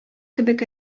кебек